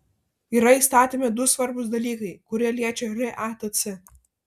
yra įstatyme du svarbūs dalykai kurie liečia ratc